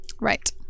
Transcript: right